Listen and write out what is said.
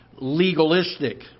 legalistic